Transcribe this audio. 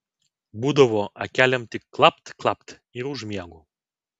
būdavo akelėm tik klapt klapt ir užmiegu